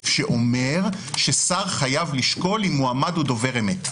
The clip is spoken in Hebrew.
שאומר ששר חייב לשקול אם מועמד הוא דובר אמת.